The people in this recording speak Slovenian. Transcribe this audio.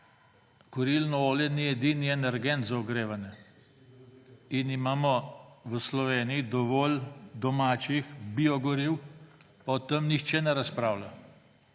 kurilno oglje ni edini energent za ogrevanje in imamo v Sloveniji dovolj domačih biogoriv, pa o tem nihče ne razpravlja.